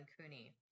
cooney